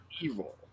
evil